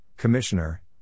Commissioner